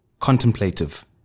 contemplative